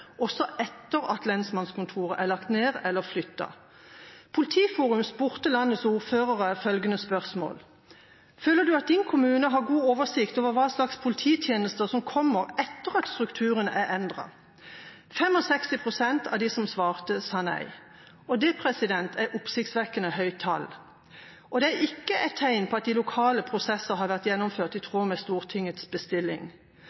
også etter at lensmannskontoret er lagt ned eller flyttet. Politiforum stilte landets ordførere følgende spørsmål: «Føler du at din kommune har god oversikt over hva slags polititjenester som kommer etter at tjenestestedsstrukturen er endret?» 65 pst. av dem som svarte, sa nei. Det er et oppsiktsvekkende høyt tall, og det er ikke et tegn på at de lokale prosessene har vært gjennomført i